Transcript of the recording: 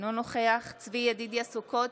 אינו נוכח צבי ידידיה סוכות,